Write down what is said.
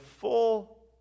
full